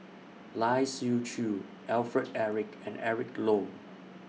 Lai Siu Chiu Alfred Eric and Eric Low